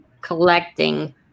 collecting